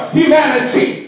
humanity